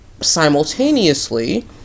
simultaneously